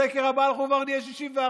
בסקר הבא אנחנו כבר נהיה 61,